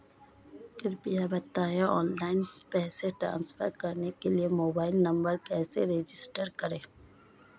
कृपया बताएं ऑनलाइन पैसे ट्रांसफर करने के लिए मोबाइल नंबर कैसे रजिस्टर करें?